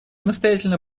настоятельно